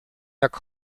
jak